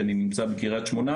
כי אני נמצא בקריית שמונה,